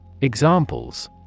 Examples